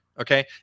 Okay